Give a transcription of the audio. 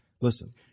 Listen